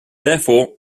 therefore